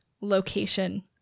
location